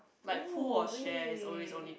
oh weh